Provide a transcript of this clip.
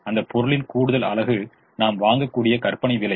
அந்த பொருளின் கூடுதல் அலகு நாம் வாங்கக்கூடிய கற்பனை விலை